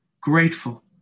grateful